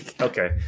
Okay